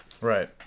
Right